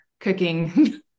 Cooking